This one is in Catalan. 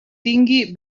tingui